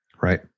Right